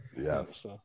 Yes